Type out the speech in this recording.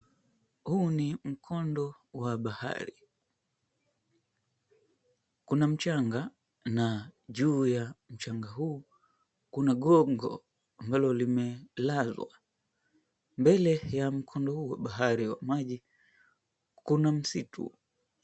Huu ni mkondo wa bahari, kuna mchanga na juu ya mchanga huu kuna gongo ambalo limelalwa. Mbele ya mkondo huu wa bahari wa maji kuna msitu.